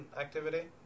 activity